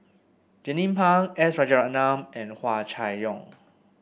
Jernnine Pang S Rajaratnam and Hua Chai Yong